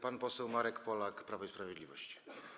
Pan poseł Marek Polak, Prawo i Sprawiedliwość.